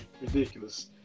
ridiculous